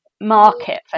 market